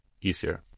easier